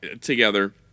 together